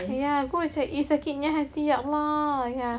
ya kau macam eh sakitnya hati ya allah ya